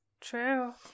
True